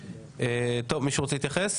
חוק ומשפט חברי הכנסת: יצחק קרויזר,